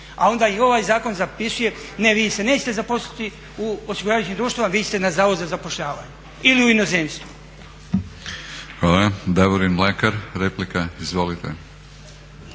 A onda i ovaj zakon zapisuje ne, vi se nećete zaposliti u osiguravajućim društvima, vi ćete na Zavod za zapošljavanje ili u inozemstvo.